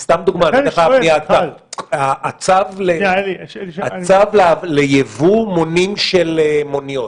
לדוגמה, הצו לייבוא מונים של מוניות.